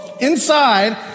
inside